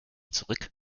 zurück